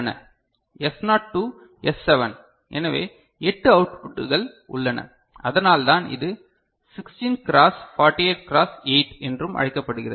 S naught to S 7 எனவே 8 அவுட்புட்கள் உள்ளன அதனால்தான் இது 16x48x8 என்றும் அழைக்கப்படுகிறது